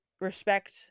respect